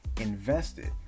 invested